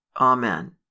Amen